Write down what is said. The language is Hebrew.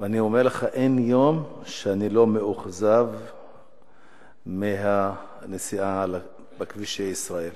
ואני אומר לך: אין יום שאני לא מאוכזב מהנסיעה בכבישי ישראל.